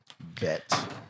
Bet